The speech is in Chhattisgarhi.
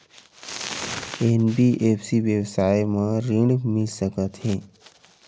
एन.बी.एफ.सी व्यवसाय मा ऋण मिल सकत हे